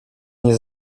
nie